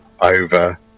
over